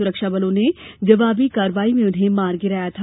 सुरक्षा बलों ने जवाबी कार्यवाई में उन्हें मार गिराया था